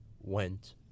went